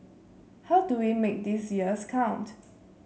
how do we make these years count